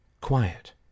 quiet